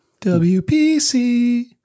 WPC